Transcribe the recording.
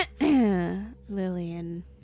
Lillian